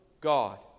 God